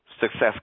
Success